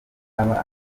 yaba